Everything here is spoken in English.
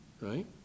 right